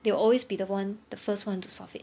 they will always be the one the first one to solve it